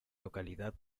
localidad